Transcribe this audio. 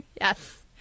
Yes